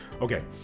Okay